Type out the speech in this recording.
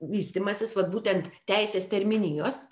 vystymasis vat būtent teisės terminijos